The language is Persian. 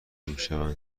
میشوند